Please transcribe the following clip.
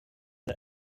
the